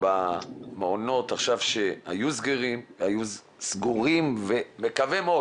במעונות שהיו סגורים ומקווה מאוד